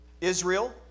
Israel